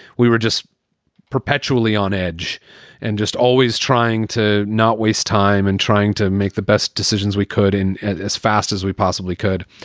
we were just perpetually on edge and just always trying to not waste time and trying to make the best decisions we could and as fast as we possibly could.